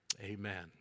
Amen